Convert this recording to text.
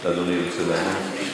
אדוני ירצה לענות?